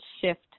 shift